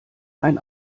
ein